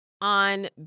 on